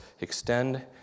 extend